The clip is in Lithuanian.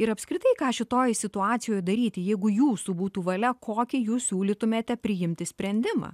ir apskritai ką šitoj situacijoj daryti jeigu jūsų būtų valia kokį jūs siūlytumėte priimti sprendimą